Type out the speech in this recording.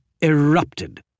erupted